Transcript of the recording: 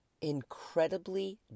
incredibly